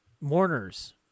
mourners